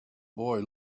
boy